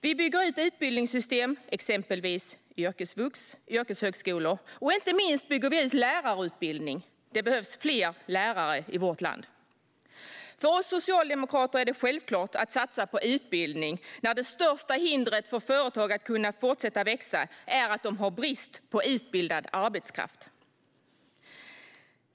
Vi bygger ut utbildningssystemet, exempelvis yrkesvux och yrkeshögskolor, och inte minst bygger vi ut lärarutbildningen. Det behövs fler lärare i vårt land. För oss socialdemokrater är det självklart att satsa på utbildning när det största hindret för att företag ska kunna fortsätta växa är att det är brist på utbildad arbetskraft.